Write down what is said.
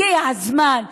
הגיע הזמן,